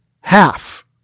Half